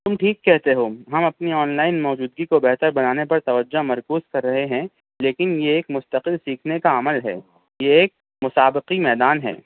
تم ٹھیک کہتے ہو ہم اپنی آن لائن موجودگی کو بہتر بنانے پر توجہ مرکوز کر رہے ہیں لیکن یہ ایک مستقل سیکھنے کا عمل ہے یہ ایک مسابقی میدان ہے